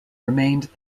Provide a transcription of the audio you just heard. remained